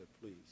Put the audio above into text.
please